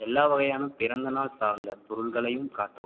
எல்லா வகையான பிறந்தநாள் சார்ந்த பொருள்களையும் காட்டவும்